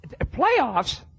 playoffs